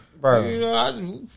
bro